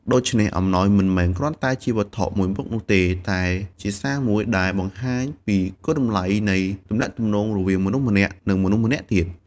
ដូច្នេះ អំណោយមិនមែនគ្រាន់តែជាវត្ថុមួយមុខនោះទេ តែជាសារមួយដែលបង្ហាញពីគុណតម្លៃនៃទំនាក់ទំនងរវាងមនុស្សម្នាក់ និងមនុស្សម្នាក់ទៀត។